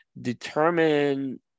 determine